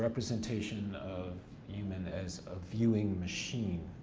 representation of human as a viewing machine,